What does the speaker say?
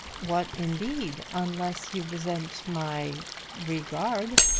what indeed unless you resent my regard.